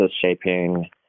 shaping